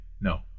No